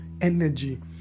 energy